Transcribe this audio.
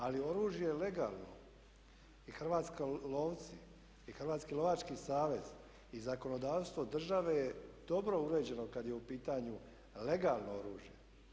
Ali oružje legalno i hrvatski lovci i Hrvatski lovački savez i zakonodavstvo države je dobro uređeno kada je u pitanju legalno oružje.